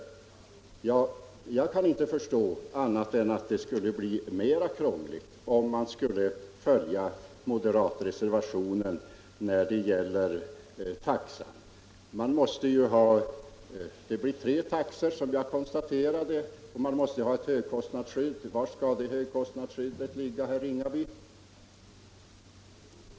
Jag kan inte förstå annat än att det skulle bli mera krångligt om man följde moderatreservationen när det gäller taxan. Det blir tre taxor, som jag konstaterat, och man måste ha ett högkostnadsskydd. Var skall det högkostnadsskyddet ligga, herr Ringaby?